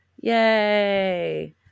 yay